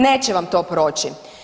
Neće vam to proći.